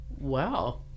Wow